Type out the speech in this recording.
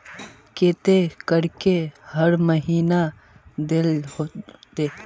केते करके हर महीना देल होते?